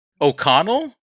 O'Connell